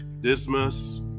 Dismas